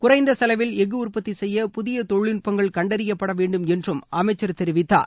குறைந்த செலவில் எஃகு உற்பத்தி செய்ய புதிய தொழில்நுட்பங்கள் கண்டறியப்பட வேண்டும் என்று அமைச்சர் தெரிவித்தார்